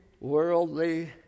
worldly